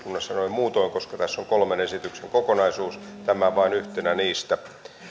muutoin koska tässä on kolmen esityksen kokonaisuus tämä vain yhtenä niistä